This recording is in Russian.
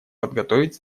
подготовить